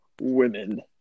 Women